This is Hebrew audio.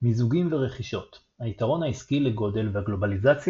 מיזוגים ורכישות היתרון העסקי לגודל והגלובלזיציה